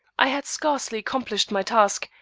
i had scarcely accomplished my task,